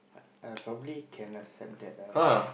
err probably can accept that ah